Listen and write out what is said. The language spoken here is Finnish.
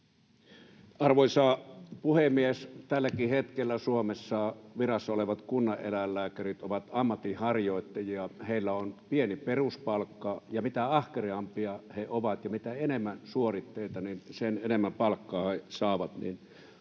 Arvoisa puhemies! Tälläkin hetkellä Suomessa virassa olevat kunnaneläinlääkärit ovat ammatinharjoittajia. Heillä on pieni peruspalkka, ja mitä ahkerampia he ovat ja mitä enemmän on suoritteita, niin sen enemmän palkkaa he saavat.